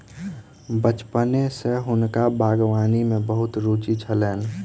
बचपने सॅ हुनका बागवानी में बहुत रूचि छलैन